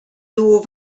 było